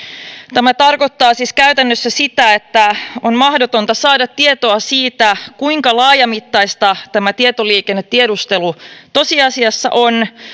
tämä tarkoittaa siis käytännössä sitä että on mahdotonta saada tietoa siitä kuinka laajamittaista tämä tietoliikennetiedustelu tosiasiassa on